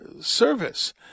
service